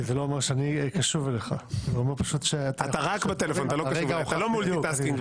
זה הצורך, לפחות התקנוני,